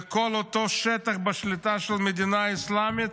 לכל אותו שטח בשליטה של המדינה האסלאמית,